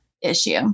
issue